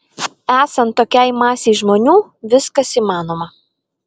esant tokiai masei žmonių viskas įmanoma